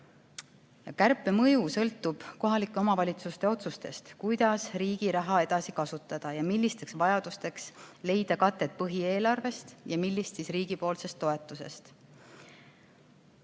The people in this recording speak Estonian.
Kärpe mõju sõltub kohalike omavalitsuste otsustest, kuidas riigi raha edasi kasutada, millisteks vajadusteks leida katet põhieelarvest ja millisteks riigi toetusest.